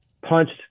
punched